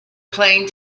plane